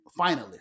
finalist